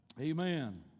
Amen